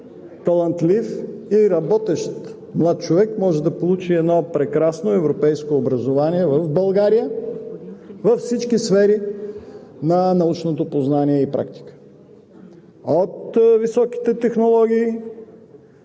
талантлив и работещ млад човек може да получи едно прекрасно европейско образование в България във всички сфери на научното познание и практика – от високите технологии